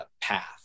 path